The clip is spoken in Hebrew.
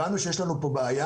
הבנו שיש לנו פה בעיה,